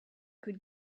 could